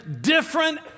different